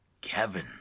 Kevin